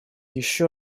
еще